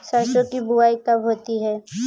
सरसों की बुआई कब होती है?